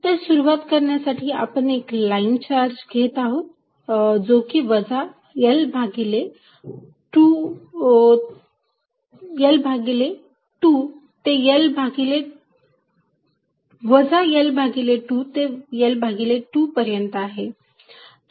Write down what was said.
तर सुरुवात करण्यासाठी आपण एक लाईन चार्ज घेत आहोत जो की वजा L भागिले 2 ते L भागिले 2 पर्यंत आहे